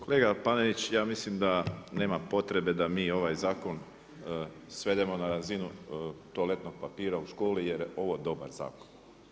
Kolega Panenić, ja mislim da nema potrebe da mi ovaj zakon svedemo na razinu toaletnog papira u školi, jer je ovo dobar zakon.